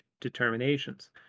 determinations